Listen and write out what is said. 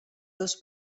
dos